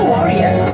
Warrior